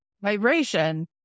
vibration